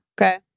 okay